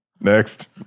next